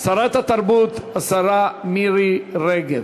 שרת התרבות והספורט מירי רגב.